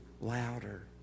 louder